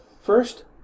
first